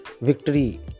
Victory